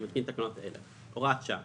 אני מתקין תקנות אלה: הוראת שעה